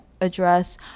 address